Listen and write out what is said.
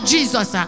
Jesus